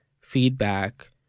feedback